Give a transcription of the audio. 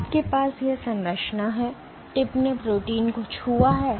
तो आपके पास यह संरचना है टिप ने प्रोटीन को छुआ है